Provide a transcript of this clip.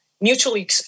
mutually